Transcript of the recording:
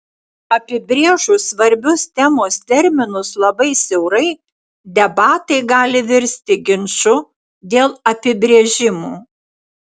apibrėžus svarbius temos terminus labai siaurai debatai gali virsti ginču dėl apibrėžimų